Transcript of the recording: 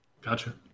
Gotcha